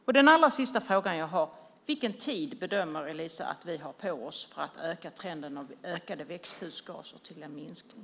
Min sista fråga är: Vilken tid bedömer Eliza att vi har på oss för att vända trenden av ökade växthusgaser till en minskning?